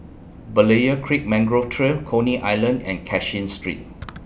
Berlayer Creek Mangrove Trail Coney Island and Cashin Street